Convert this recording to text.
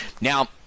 Now